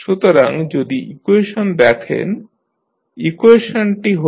সুতরাং যদি ইকুয়েশন দেখেন ইকুয়েশনটি হল